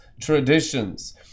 traditions